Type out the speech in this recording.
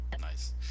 Nice